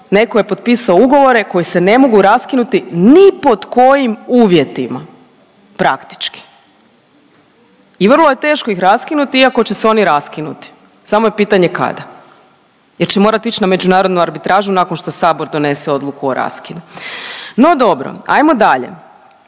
netko je potpisao ugovore koji se ne mogu raskinuti ni pod kojim uvjetima praktički. I vrlo je teško ih raskinuti iako će se oni raskinuti, samo je pitanje kada jer će morati ići na međunarodnu arbitražu nakon što Sabor donese odluku o raskidu. No dobro. Ajmo dalje.